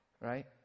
Right